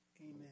Amen